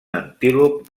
antílop